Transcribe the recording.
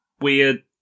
weird